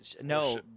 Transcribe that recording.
No